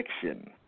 fiction